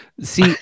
see